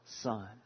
son